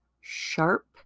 sharp